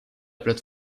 plate